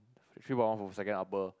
three point one for second upper